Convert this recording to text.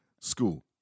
School